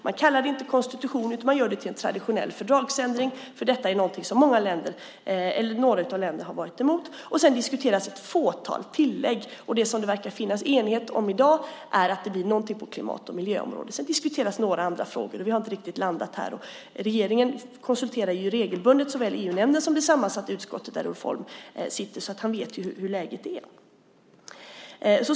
Man kallar det inte konstitution, utan man gör det till en traditionell fördragsändring eftersom detta är någonting som några av länderna har varit emot. Sedan diskuteras ett fåtal tillägg. Och det som det verkar finnas enighet om i dag är att det blir någonting på klimat och miljöområdet. Sedan diskuteras några andra frågor, men vi har inte riktigt landat där. Regeringen konsulterar regelbundet såväl EU-nämnden som det sammansatta utskottet där Ulf Holm sitter, så han vet hur läget är.